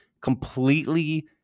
completely